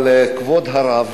אבל כבוד הרב,